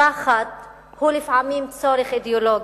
פחד הוא לפעמים צורך אידיאולוגי.